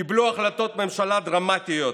קיבלו החלטות ממשלה דרמטיות,